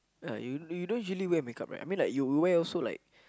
uh you you don't usually wear make up right you wear also like